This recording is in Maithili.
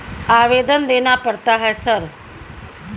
आवेदन देना पड़ता है सर?